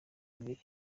bibiri